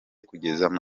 kugeza